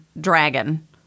Dragon